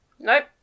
Nope